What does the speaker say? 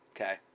okay